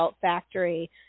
Factory